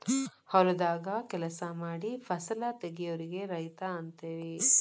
ಹೊಲದಾಗ ಕೆಲಸಾ ಮಾಡಿ ಫಸಲ ತಗಿಯೋರಿಗೆ ರೈತ ಅಂತೆವಿ